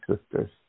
sisters